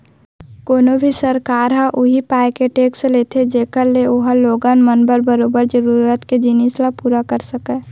कोनो भी सरकार ह उही पाय के टेक्स लेथे जेखर ले ओहा लोगन मन बर बरोबर जरुरत के जिनिस ल पुरा कर सकय